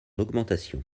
augmentation